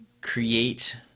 create